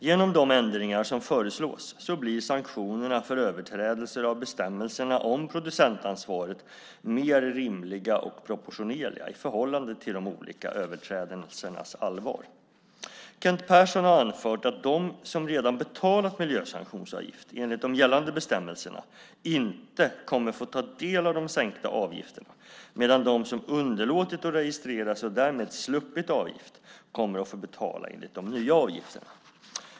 Genom de ändringar som föreslås blir sanktionerna för överträdelser av bestämmelserna om producentansvaret mer rimliga och proportionerliga i förhållande till de olika överträdelsernas allvar. Kent Persson har anfört att de som redan betalat miljösanktionsavgift enligt de gällande bestämmelserna inte kommer att få ta del av de sänkta avgifterna, medan de som underlåtit att registrera sig och därmed sluppit avgift kommer att få betala enligt de nya avgifterna.